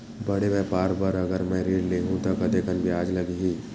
बड़े व्यापार बर अगर मैं ऋण ले हू त कतेकन ब्याज लगही?